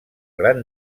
gran